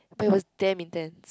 but it was damn intense